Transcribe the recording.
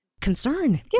concern